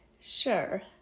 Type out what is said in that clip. Sure